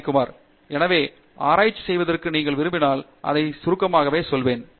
பாணிகுமார் எனவே ஆராய்ச்சி செய்வதற்கு நீங்கள் விரும்பினால் அதைச் சுருக்கமாகச் சொல்வேன்